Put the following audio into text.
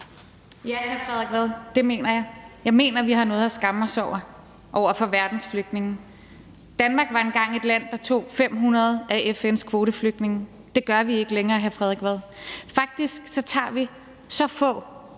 Ja, hr. Frederik Vad, det mener jeg. Jeg mener, at vi har noget at skamme os over i forhold til verdens flygtninge. Danmark var engang et land, der tog 500 af FN's kvoteflygtninge, og det gør vi ikke længere, hr. Frederik Vad. Faktisk tager vi så få,